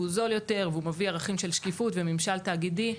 זול יותר ומביא ערכים של שקיפות וממשל תאגידי.